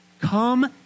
Come